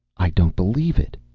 i don't believe it.